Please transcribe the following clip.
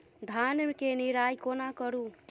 धान केँ निराई कोना करु?